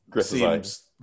seems